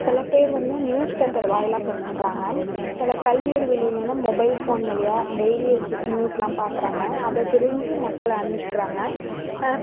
சில பேர் வந்து நியூஸ் பேப்பர் வாயிலாக பண்ணுறாங்க சில கல்வியறிவில் உள்ளவங்கள் மொபைல் ஃபோன் வழியா டெய்லி ம் நியூஸ்லெலாம் பார்க்குறாங்க அதை தெரிஞ்சு மக்கள் அறிஞ்சுக்கிறாங்க